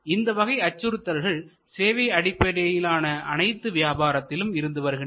இந்தவகை அச்சுறுத்தல்கள் சேவை அடிப்படையிலான அனைத்து வியாபாரத்திலும் இருந்து வருகின்றன